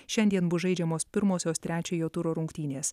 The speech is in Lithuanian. šiandien bus žaidžiamos pirmosios trečiojo turo rungtynės